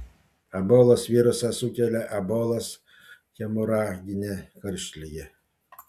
ebolos virusas sukelia ebolos hemoraginę karštligę